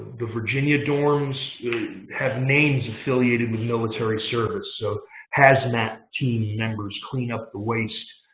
the virginia dorms had names affiliated with military service. so hazmat team members clean up the waste.